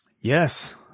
Yes